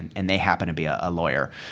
and they happen to be ah a lawyer.